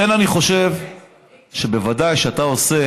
לכן אני חושב שבוודאי, כשאתה עושה